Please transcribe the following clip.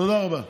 תודה רבה.